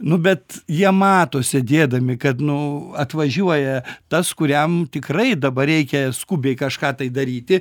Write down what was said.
nu bet jie mato sėdėdami kad nu atvažiuoja tas kuriam tikrai dabar reikia skubiai kažką tai daryti